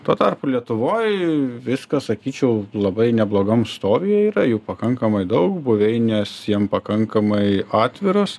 tuo tarpu lietuvoj viskas sakyčiau labai neblogam stovyje yra jų pakankamai daug buveinės jiem pakankamai atviros